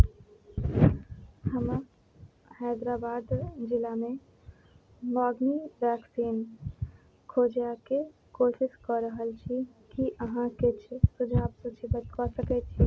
हम हैदराबाद जिलामे मोग्नी वैक्सीन खोजयके कोशिश कऽ रहल छी की अहाँ किछु सुझाव सूचीबद्ध कऽ सकय छी